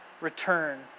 return